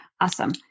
Awesome